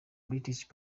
british